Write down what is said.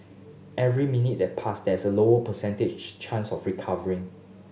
every minute that pass there is a lower percentage chance of recovery